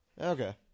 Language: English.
Okay